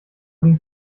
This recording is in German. den